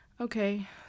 okay